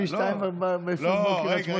בין 02:00 ל-08:30?